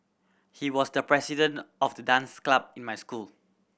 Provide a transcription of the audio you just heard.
he was the president of the dance club in my school